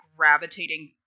gravitating